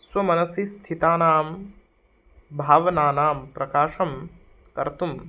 स्वमनसि स्थितानां भावनानां प्रकाशं कर्तुं